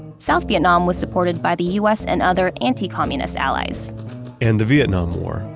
south vietnam was supported by the u s. and other anti-communist allies and the vietnam war,